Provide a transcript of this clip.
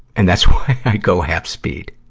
and that's why i go half-speed.